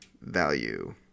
value